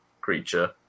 creature